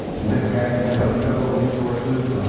mismanagement of federal resources